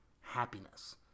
happiness